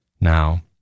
Now